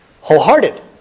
wholehearted